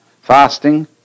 Fasting